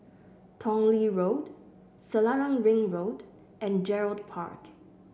Tong Lee Road Selarang Ring Road and Gerald Park